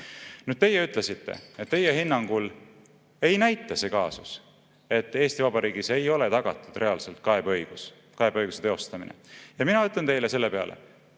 kohtusse. Teie ütlesite, et teie hinnangul ei näita see kaasus, et Eesti Vabariigis ei ole tagatud reaalselt kaebeõigus, kaebeõiguse teostamine. Ja mina ütlen teile selle peale: